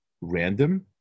random